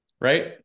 right